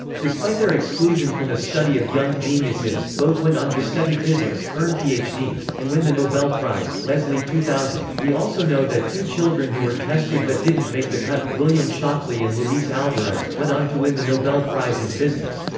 despite their exclusion from a study of young geniuses, both went on to study physics, earn phds, and win the nobel prize. leslie two thousand, we also know that two children who were tested but didn't make the cut william shockley and luis alvarez went on to win the nobel prize in physics.